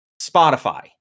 Spotify